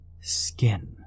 skin